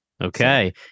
Okay